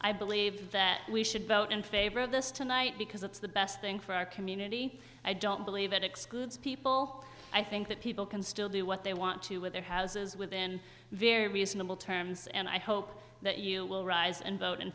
i believe that we should vote in favor of this tonight because it's the best thing for our community i don't believe it excludes people i think that people can still do what they want to with their houses within very reasonable terms and i hope that you will rise and vote in